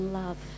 love